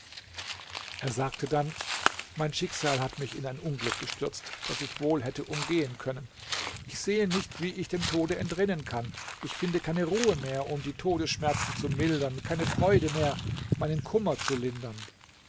er sagte dann mein schicksal hat mich in ein unglück gestürzt das ich wohl hätte umgehen können ich sehe nicht wie ich dem tode entrinnen kann ich finde keine ruhe mehr um die todesschmerzen zu mildern keine freude mehr meinen kummer zu lindern